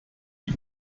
die